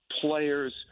players –